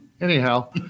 anyhow